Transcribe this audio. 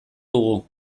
dugu